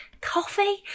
coffee